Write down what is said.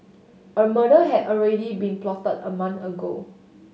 a murder had already been plotted a month ago